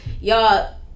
Y'all